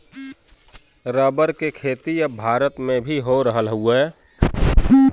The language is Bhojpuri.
रबर के खेती अब भारत में भी हो रहल हउवे